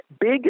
Big